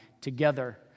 together